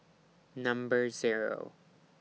Number Zero